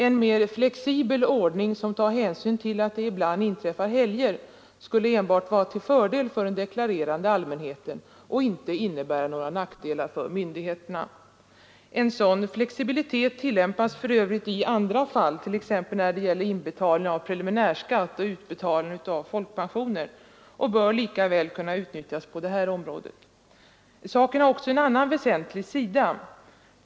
En mer flexibel ordning som tar hänsyn till att det ibland inträffar helger skulle enbart vara till fördel för den deklarerande allmänheten och inte innebära några nackdelar för myndigheterna. En sådan flexibilitet tillämpas för övrigt i andra fall, t.ex. när det gäller inbetalning av preliminärskatt och utbetalning av folkpensioner, och bör lika väl kunna utnyttjas på det här området. Saken har också en annan väsentlig sida.